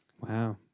Wow